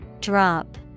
Drop